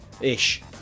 Ish